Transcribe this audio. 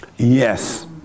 Yes